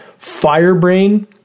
firebrain